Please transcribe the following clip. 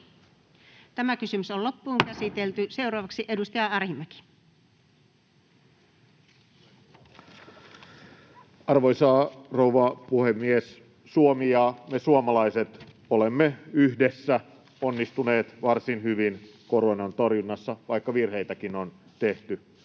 pitää kysyä. Seuraavaksi edustaja Arhinmäki. Arvoisa rouva puhemies! Suomi ja me suomalaiset olemme yhdessä onnistuneet varsin hyvin koronan torjunnassa, vaikka virheitäkin on tehty.